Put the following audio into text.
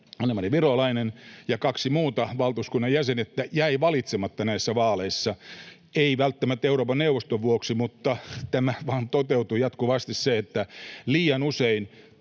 Anne-Mari Virolainen ja kaksi muuta valtuuskunnan jäsentä jäi valitsematta näissä vaaleissa — ei välttämättä Euroopan neuvoston vuoksi, mutta tämä vain toteutuu jatkuvasti: se, että liian usein